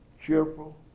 cheerful